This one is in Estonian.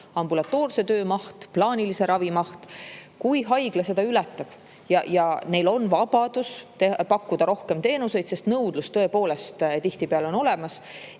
ambulatoorse töö maht ja plaanilise ravi maht. Kui haigla seda ületab – neil on vabadus pakkuda rohkem teenuseid, sest nõudlus on tõepoolest tihtipeale olemas